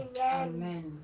Amen